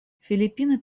филиппины